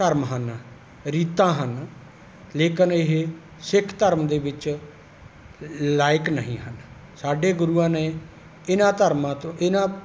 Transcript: ਧਰਮ ਹਨ ਰੀਤਾਂ ਹਨ ਲੇਕਿਨ ਇਹ ਸਿੱਖ ਧਰਮ ਦੇ ਵਿੱਚ ਲਾਇਕ ਨਹੀਂ ਹਨ ਸਾਡੇ ਗੁਰੂਆਂ ਨੇ ਇਹਨਾਂ ਧਰਮਾ ਤੋਂ ਇਨ੍ਹਾਂ